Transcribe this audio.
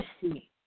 see